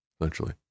essentially